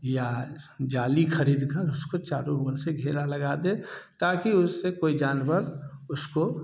या जाली खरीद कर उसको चारू ओर से घेरा लगा दें ताकि उससे कोई जानवर उसको